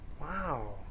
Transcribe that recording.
Wow